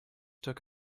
took